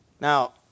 Now